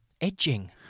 edging